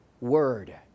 word